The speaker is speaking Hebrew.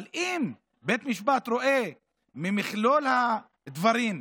אבל אם בית משפט רואה במכלול הדברים,